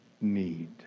need